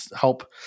help